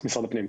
משרד הפנים.